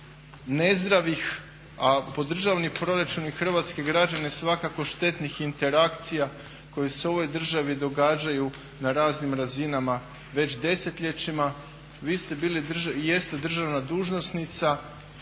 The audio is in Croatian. nezdravih a po državni proračun i hrvatske građane svakako štetnih interakcija koje su u ovoj državi događaju na raznim razinama već desetljećima. Vi ste bili i jeste državna dužnosnica